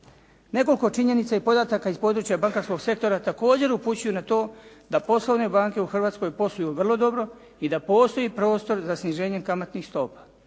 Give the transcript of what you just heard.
Nekoliko činjenica i podataka iz područja bankarskog sektora također upućuju na to da poslovne banke u Hrvatskoj posluju vrlo dobro i da postoji prostor za sniženjem kamatnih stopa.